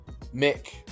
Mick